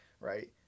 right